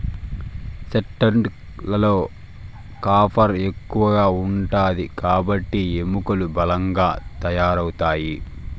chestnut లలో copper ఎక్కువ ఉంటాది కాబట్టి ఎముకలు బలంగా తయారవుతాయి